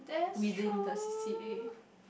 within the C_C_A